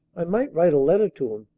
i might write a letter to him.